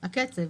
הקצב.